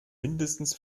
mindestens